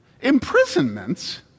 Imprisonments